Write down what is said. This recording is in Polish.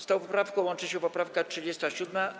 Z tą poprawką łączy się poprawka 37.